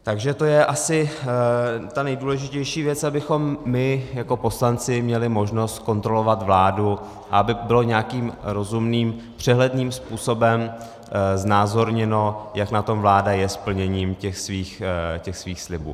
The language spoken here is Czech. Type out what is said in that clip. Takže to je asi ta nejdůležitější věc, abychom my jako poslanci měli možnost kontrolovat vládu, aby bylo nějakým rozumným, přehledným způsobem znázorněno, jak na tom vláda je s plněním těch svých slibů.